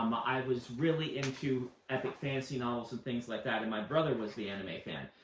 um i was really into epic fantasy novels and things like that, and my brother was the anime fan.